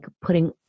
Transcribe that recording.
putting